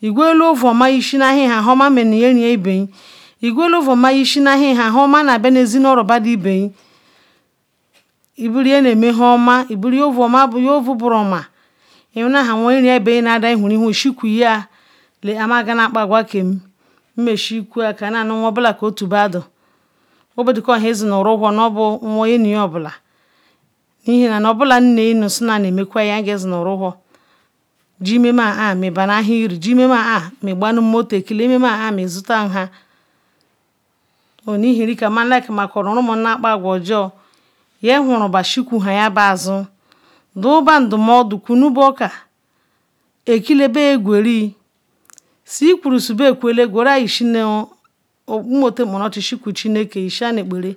igula ovoma ishinu pal nnoma na bianu nu ezi nu oro badu ibeyin ibula yinrin yen kena kpa akwuoma ihun na weri iyin kena kpa akwu ewhuri whu sukkwa canna nu la a ma na ga na kpa agwa kem nu nwon bula ke otu badu obedikwa nburu isi nu ruwhu obo nu yennu yobala ihin nga izen nu rowhor obola nne nu sonal na me kua nge izunu ruwhor ma ikpanu motor ma izutam nha kunnu ihiru ma likerim nwem ma men hujul ya wuru ba suckua dunba ndumodu kun ubaoka akila boya guri sul be igutal nkparuchi nu eli suckul chineke ishi nu ekpara